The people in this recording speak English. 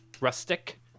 rustic